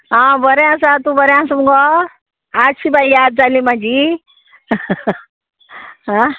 आं बरें आसा तूं बरें आसा मुगो आज शी बाये याद जाली म्हाजी आं